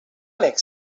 makes